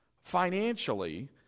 financially